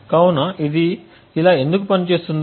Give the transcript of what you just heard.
కాబట్టి ఇది ఇలా ఎందుకు పని చేస్తుందో